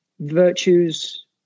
virtues